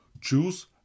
Choose